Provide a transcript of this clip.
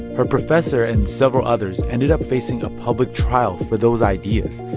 her professor and several others ended up facing a public trial for those ideas.